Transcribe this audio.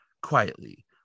quietly